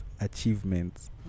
achievements